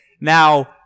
now